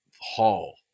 hall